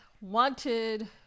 wanted